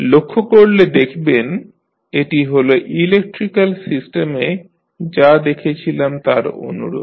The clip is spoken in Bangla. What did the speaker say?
লক্ষ্য করলে দেখবেন এটি হল ইলেকট্রিক্যাল সিস্টেমে যা দেখেছিলাম তার অনুরূপ